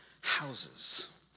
houses